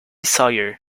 sawyer